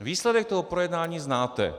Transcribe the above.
Výsledek toho projednání znáte.